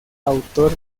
autor